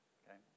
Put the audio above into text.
okay